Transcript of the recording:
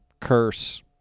curse